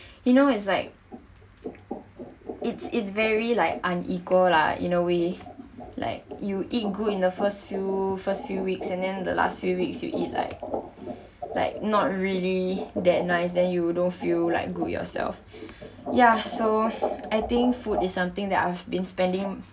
you know it's like it's it's very like unequal lah in a way like you eat good in the first few first few weeks and then the last few weeks you eat like like not really that nice then you don't feel like good yourself ya so I think food is something that I've been spending